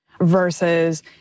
Versus